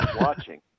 watching